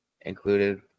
included